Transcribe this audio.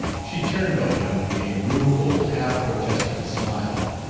she turned on him a rueful, half-protesting smile.